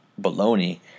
baloney